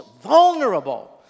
vulnerable